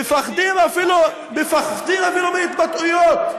מפחדים אפילו, מפחדים אפילו מהתבטאויות.